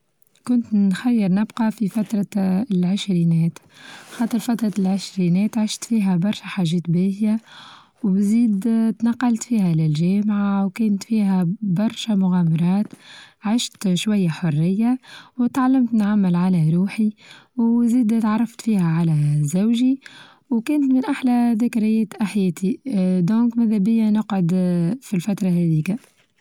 كنت نتخير نبقى في فترة العشرينات خاطر فترة العشرينات عشت فيها برشا حاچات باهية وزيد اه تنقلت فيها للچامعة وكانت فيها برشا مغامرات، عشت شوية حرية وتعلمت نعمل على روحي، وزيدا تعرفت فيها على زوچى وكانت من أحلى ذكريات حياتى، دونك ماذا بيا نقعد فالفترة هذيكا.